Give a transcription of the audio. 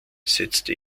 setzte